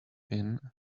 pin